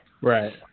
Right